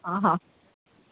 हा हा